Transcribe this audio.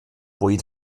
bwyd